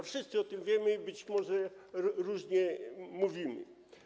Wszyscy o tym wiemy, być może różnie mówimy.